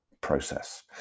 process